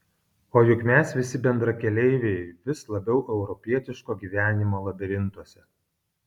o juk mes visi bendrakeleiviai vis labiau europietiško gyvenimo labirintuose